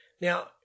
Now